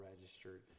registered